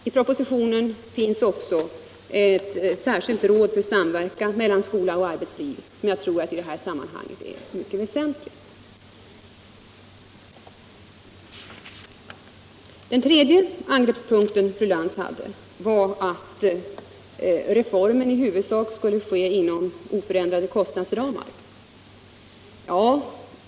I propositionen föreslås också ett särskilt råd för samverkan mellan skola och arbetsliv, och jag tror att detta planeringsråd är mycket väsentligt. Den tredje av fru Lantz angreppspunkter var att reformen i huvudsak skulle ske inom oförändrade kostnadsramar.